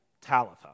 Talitha